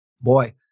boy